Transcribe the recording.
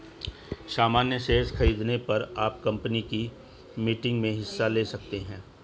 सामन्य शेयर खरीदने पर आप कम्पनी की मीटिंग्स में हिस्सा ले सकते हैं